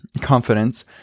confidence